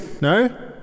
No